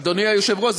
אדוני היושב-ראש,